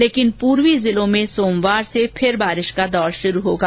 लेकिन पूर्वी जिलों में सोमवार से फिर बारिश का दौर शुरू होगा